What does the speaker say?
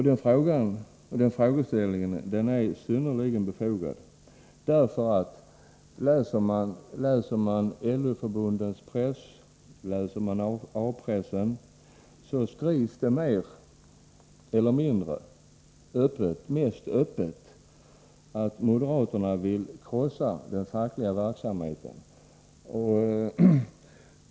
Den frågeställningen är synnerligen befogad, för om man läser LO förbundens press eller A-pressen, så finner man att det skrivs mer eller mindre öppet, mest öppet, att moderaterna vill krossa den fackliga verksamheten.